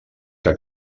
que